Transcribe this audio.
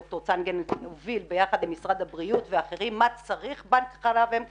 דוקטור צנגן הוביל ביחד עם משרד הבריאות ואחרים מה צריך בנק חלב אם כזה.